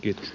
kiitos